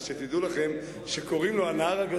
שתדעו לכם שקוראים לו הנהר הגדול.